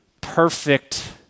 perfect